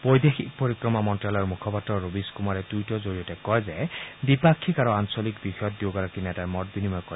বৈদেশিক পৰিক্ৰমা মন্ত্যালয়ৰ মুখপাত্ৰ ৰবীশ কুমাৰে এটা টুইটৰ জৰিয়তে কয় যে দ্বিপাক্ষিক আৰু আঞ্চলিক বিষয়ত দুয়োগৰাকী নেতাই মত বিনিময় কৰে